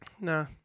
nah